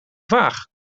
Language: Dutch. vaag